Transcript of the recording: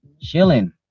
Chilling